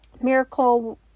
miracle